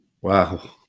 Wow